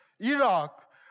Iraq